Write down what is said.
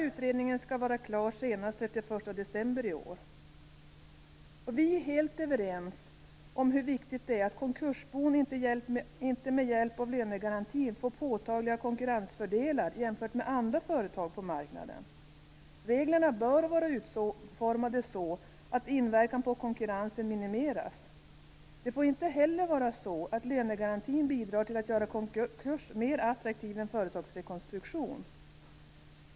Utredningen skall vara klar senast den 31 Vi är helt överens om hur viktigt det är att konkursbon inte med hjälp av lönegarantin får påtagliga konkurrensfördelar jämfört med andra företag på marknaden. Reglerna bör vara utformade så, att inverkan på konkurrensen minimeras. Det får heller inte vara så att lönegarantin bidrar till att göra konkurs mer attraktivt än företagsrekonstruktion.